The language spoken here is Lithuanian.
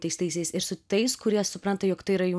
teistaisiais ir su tais kurie supranta jog tai yra jų